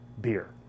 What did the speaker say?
beer